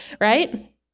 right